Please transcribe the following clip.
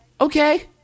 Okay